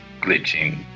glitching